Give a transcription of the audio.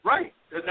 Right